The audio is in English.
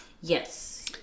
Yes